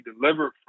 delivered